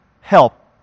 help